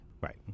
right